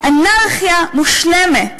אנרכיה מושלמת